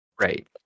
Right